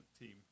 team